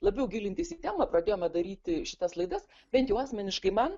labiau gilintis į temą pradėjome daryti šitas laidas bent jau asmeniškai man